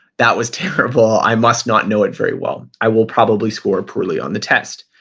that was terrible. i must not know it very well. i will probably score poorly on the test.